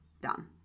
done